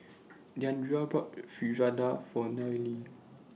Deandra bought Fritada For Nelie